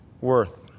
worth